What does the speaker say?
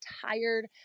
tired